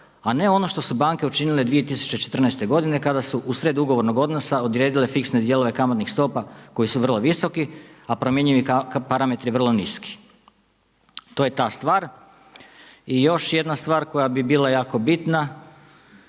a ne ono što su banke učinile 2014. godine kada su usred ugovornog odnosa odredile fiksne dijelove kamatnih stopa koji su vrlo visoki, a promjenjivi parametri vrlo niski. To je ta stvar. I još jedna stvar koja bi bila jako bitna